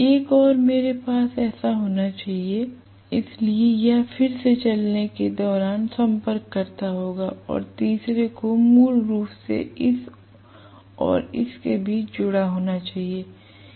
एक और मेरे पास ऐसा होना चाहिए इसलिए यह फिर से चलने के दौरान संपर्ककर्ता होगा और तीसरे को मूल रूप से इस और इस के बीच जुड़ा होना चाहिए